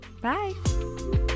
Bye